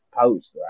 post